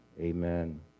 Amen